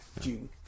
June